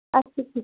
আচ্ছা ঠিক আছে